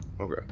Okay